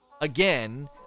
Again